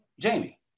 Jamie